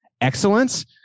excellence